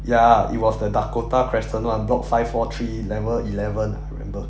ya it was the dakota crescent one block five four three level eleven ah remember